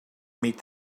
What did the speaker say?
meet